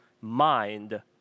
mind